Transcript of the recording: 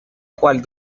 cual